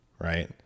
right